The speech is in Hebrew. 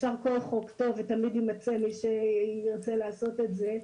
אפשר ותמיד יימצא מי שירצה לעשות את זה.